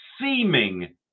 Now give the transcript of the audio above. seeming